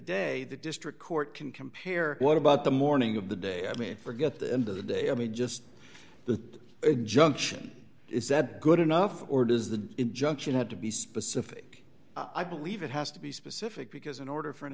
day the district court can compare what about the morning of the day i mean forget the end of the day i mean just the injunction is that good enough or does the injunction had to be specific i believe it has to be specific because in order for an